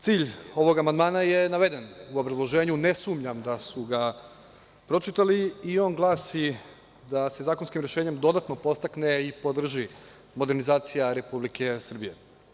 Cilj ovog amandmana je naveden u obrazloženju, ne sumnjam da su ga pročitali i on glasi: „da se zakonskim rešenjem dodatno podstakne i podrži modernizacija Republike Srbije“